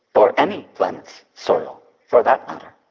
or any planet's soil for that matter.